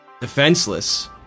defenseless